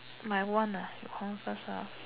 my one lah you hold on first